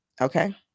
Okay